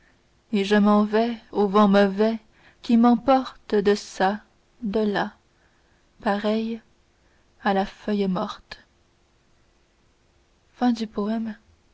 et je m'en vais au vent mauvais qui m'emporte deçà delà pareil à la feuille morte